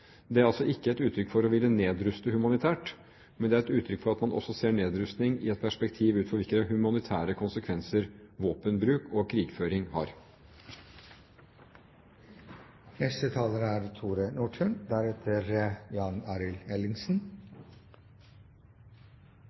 Det er altså ikke et uttrykk for å ville nedruste humanitært, men det er et uttrykk for at man også ser nedrustning i et perspektiv ut fra hvilke humanitære konsekvenser våpenbruk og krigføring